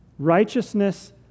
Righteousness